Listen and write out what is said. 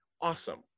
awesome